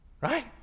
Right